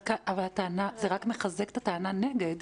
אבל זה רק מחזק את הטענה נגד,